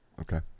Okay